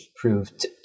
proved